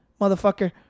motherfucker